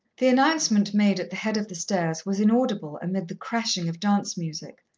the announcement made at the head of the stairs was inaudible amid the crashing of dance music,